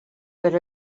per